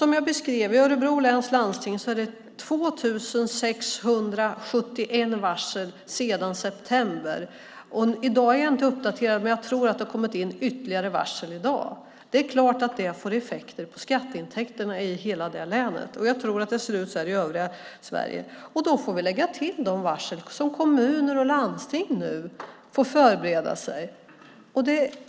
Som jag beskrev: I Örebro läns landsting har det lagts 2 671 varsel sedan september. Jag är inte uppdaterad i dag, men jag tror att det i dag har kommit ytterligare varsel. Det är klart att det får effekter på skatteintäkterna i hela länet och till slut i övriga Sverige. Nu får vi lägga till de varsel som kommuner och landsting får förbereda sig på.